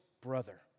brother